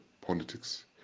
politics